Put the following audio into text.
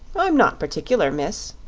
i'm not particular, miss.